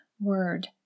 word